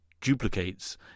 duplicates